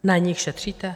Na nich šetříte?